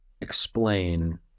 explain